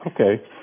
okay